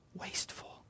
Wasteful